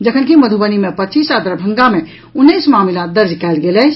जखनकि मधुबनी मे पच्चीस आ दरभंगा मे उन्नैस मामिला दर्ज कयल गेल अछि